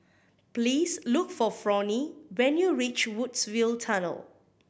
please look for Fronie when you reach Woodsville Tunnel